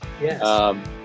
Yes